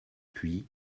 puis